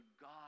God